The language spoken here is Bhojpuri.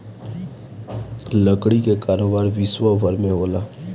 लकड़ी कअ कारोबार विश्वभर में होला